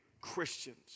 Christians